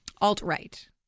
alt-right